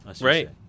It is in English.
Right